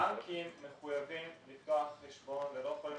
הבנקים מחויבים לפתוח חשבון ולא יכולים